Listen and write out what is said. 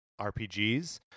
RPGs